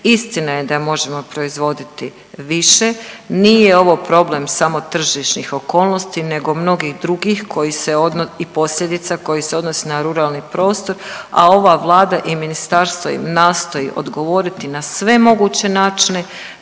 Istina je da možemo proizvoditi više. Nije ovo problem samo tržišnih okolnosti nego mnogih drugih i posljedica koji se odnosi na ruralni prostor, a ova Vlada i ministarstvo im nastoji odgovoriti na sve moguće načine